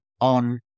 on